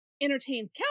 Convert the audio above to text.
entertains